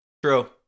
True